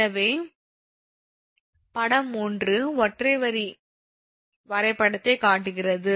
எனவே படம் 1 ஒற்றை வரி வரைபடத்தைக் காட்டுகிறது